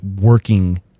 working